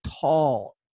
tall